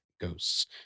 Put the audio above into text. ghosts